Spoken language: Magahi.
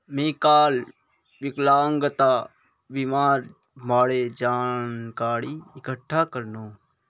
मी काल विकलांगता बीमार बारे जानकारी इकठ्ठा करनु